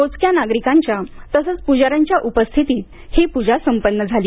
मोजक्या नागरिकांच्या तसंच पुजाऱ्यांच्या उपस्थितीत ही पूजा संपन्न झाली